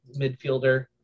midfielder